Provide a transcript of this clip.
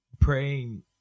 praying